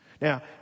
Now